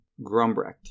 Grumbrecht